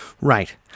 Right